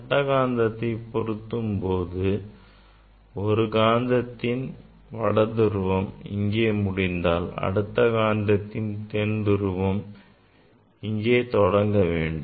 சட்ட காந்தத்தை பொருத்தும்போது ஒரு காந்தத்தின் வட துருவம் இங்கே முடிந்தால் அடுத்த காந்தத்தின் தென் துருவம் இங்கே தொடங்க வேண்டும்